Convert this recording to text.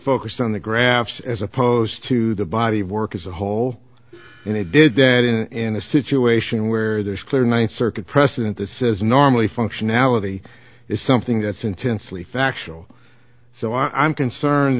focused on the graphs as opposed to the body of work as a whole and they did that in a situation where there's clear ninth circuit precedent that says normally functionality is something that's intensely factual so i'm concerned